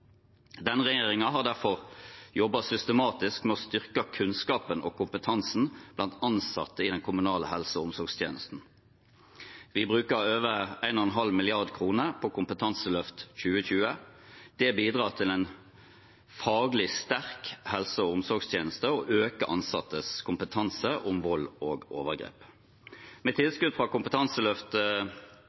har derfor jobbet systematisk med å styrke kunnskapen og kompetansen blant ansatte i den kommunale helse- og omsorgstjenesten. Vi bruker over 1,5 mrd. kr på Kompetanseløft 2020. Det bidrar til en faglig sterk helse- og omsorgstjeneste og øker ansattes kompetanse om vold og overgrep. Med tilskudd fra Kompetanseløft